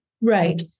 Right